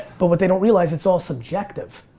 but what they don't realize it's all subjective.